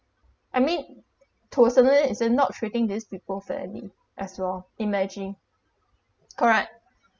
I mean to suddenly it say not treating this people fairly as well imagine correct